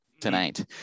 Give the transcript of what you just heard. tonight